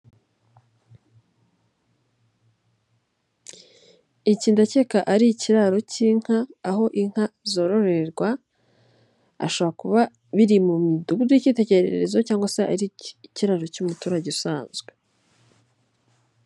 Iki ndakeka ari ikiraro cy'inka, aho inka zororerwa, ashobora kuba biri mu midugudu y'ikitegererezo cyangwa se ari ikiraro cy'umuturage usanzwe.